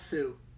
Sue